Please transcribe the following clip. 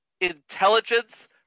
intelligence